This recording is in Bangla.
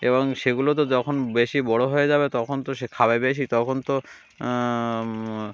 এবং সেগুলো তো যখন বেশি বড়ো হয়ে যাবে তখন তো সে খাবে বেশি তখন তো